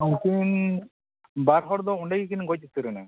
ᱩᱱᱠᱤᱱ ᱵᱟᱨᱦᱚᱲ ᱫᱚ ᱚᱸᱰᱮᱜᱮᱠᱤᱱ ᱜᱚᱡ ᱩᱛᱟᱹᱨ ᱮᱱᱟ